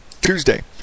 Tuesday